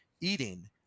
eating